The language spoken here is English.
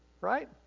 right